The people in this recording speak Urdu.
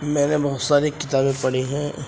میں نے بہت ساری کتابیں پڑھی ہیں